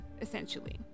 essentially